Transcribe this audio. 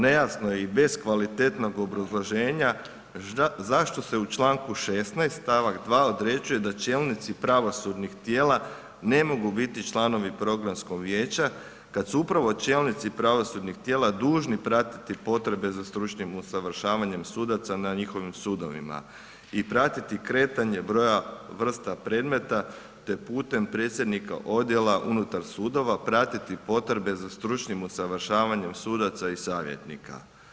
Nejasno je i bez kvalitetnog obrazloženja zašto se u članku 16. stavak 2. određuje da čelnici pravosudnih tijela ne mogu biti članovi programskog vijeća kad su upravo čelnici pravosudnih tijela dužni pratiti potreba za stručnim usavršavanjem sudaca na njihovim sudovima i pratiti kretanje broja vrsta predmeta te putem predsjednika odjela unutar sudova pratiti potreba za stručnim usavršavanjem sudaca i savjetnika.